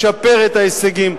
לשפר את ההישגים,